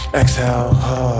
exhale